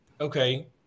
Okay